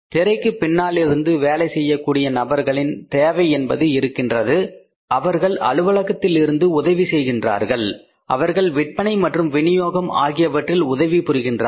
திரைக்குப் பின்னாலிருந்து வேலை செய்யக்கூடிய நண்பர்களின் தேவை என்பது இருக்கின்றது அவர்கள் அலுவலகத்தில் இருந்து உதவி செய்கின்றார்கள் அவர்கள் விற்பனை மற்றும் விநியோகம் ஆகியவற்றில் உதவி புரிகின்றார்கள்